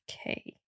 Okay